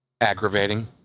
aggravating